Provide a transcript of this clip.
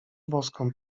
boską